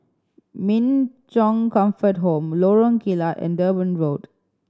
Min Chong Comfort Home Lorong Kilat and Durban Road